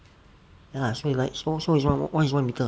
ya la so it like so so what is one metre